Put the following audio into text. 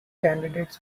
candidates